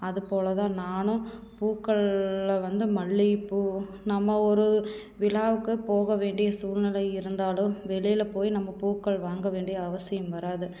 அதுப்போல் தான் நானும் பூக்கள்ல வந்து மல்லிகைப்பூ நம்ம ஒரு விழாவுக்கு போக வேண்டிய சூழ்நிலை இருந்தாலும் வெளியில் போய் நம்ம பூக்கள் வாங்க வேண்டிய அவசியம் வராது